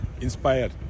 inspired